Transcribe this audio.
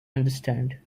understand